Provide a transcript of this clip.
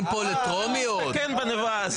תודה רבה.